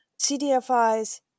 CDFIs